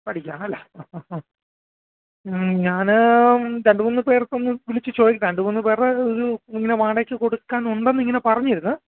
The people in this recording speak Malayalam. പഠിക്കുവാണല്ലേ അ അ അ ഞാൻ രണ്ട് മൂന്ന് പേർക്കൊന്ന് വിളിച്ച് ചോദിക്ക രണ്ട് മൂന്ന് പേരുടെ വീട് ഇങ്ങനെ വാടകയ്ക്ക് കൊടുക്കാനുണ്ടെന്ന് ഇങ്ങനെ പറഞ്ഞിരുന്ന്